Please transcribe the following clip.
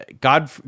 god